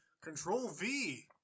Control-V